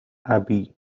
abbey